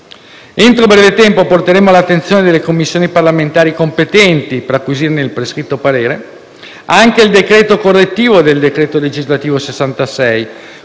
Entro breve tempo, porteremo all'attenzione delle Commissioni parlamentari competenti - per acquisirne il prescritto parere - anche il decreto correttivo del decreto legislativo n.